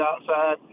outside